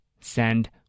send